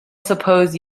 suppose